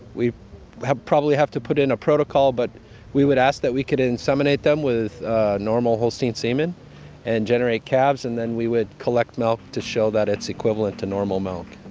we probably have to put in a protocol, but we would ask that we could inseminate them with normal holstein semen and generate calves. and then we would collect milk to show that it's equivalent to normal milk.